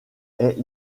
est